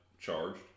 charged